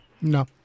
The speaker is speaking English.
No